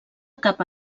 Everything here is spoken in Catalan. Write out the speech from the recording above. capa